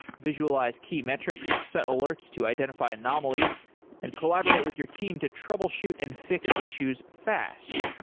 visualize key metrics, set alerts to identify anomalies and collaborate with your team to troubleshoot and fi x issues fast.